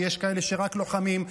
ויש כאלה שרק לוחמים.